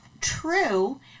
true